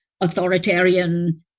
authoritarian